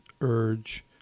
urge